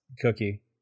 cookie